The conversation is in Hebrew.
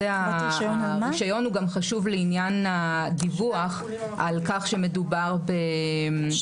הרישיון הוא גם חשוב לעניין הדיווח על כך שמדובר ב ---.